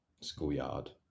schoolyard